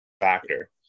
factor